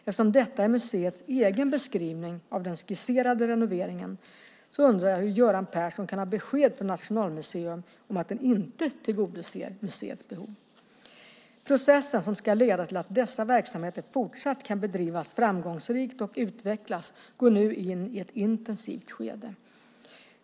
Eftersom detta är museets egen beskrivning av den skisserade renoveringen undrar jag hur Göran Persson kan ha besked från Nationalmuseum om att den inte tillgodoser museets behov. Processen som ska leda till att dessa verksamheter fortsatt kan bedrivas framgångsrikt och utvecklas går nu in i ett intensivt skede.